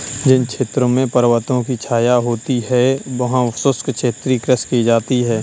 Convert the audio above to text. जिन क्षेत्रों में पर्वतों की छाया होती है वहां शुष्क क्षेत्रीय कृषि की जाती है